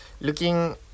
looking